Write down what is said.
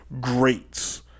Greats